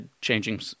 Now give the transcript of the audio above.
changing